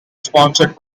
sponsored